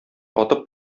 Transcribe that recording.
атып